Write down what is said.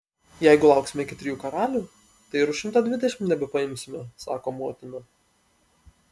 jeigu lauksime iki trijų karalių tai ir už šimtą dvidešimt nebepaimsime sako motina